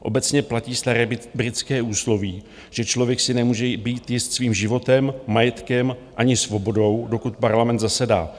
Obecně platí staré britské úsloví, že člověk si nemůže být jist svým životem, majetkem ani svobodou, dokud Parlament zasedá.